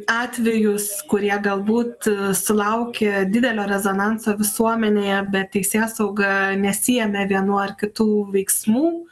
atvejus kurie galbūt sulaukė didelio rezonanso visuomenėje bet teisėsauga nesiėmė vienų ar kitų veiksmų